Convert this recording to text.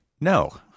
no